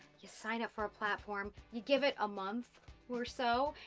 you sign up for a platform, you give it a month or so,